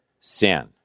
sin